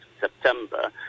September